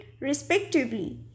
respectively